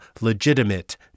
legitimate